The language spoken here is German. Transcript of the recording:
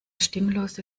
stimmlose